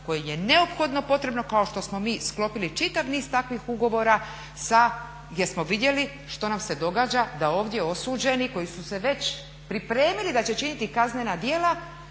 kojoj je neophodno potrebno kao što smo mi sklopili čitav niz takvih ugovora sa, jer smo vidjeli što nam se događa da ovdje osuđeni koji su se već pripremili da će činiti kaznena djela